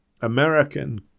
American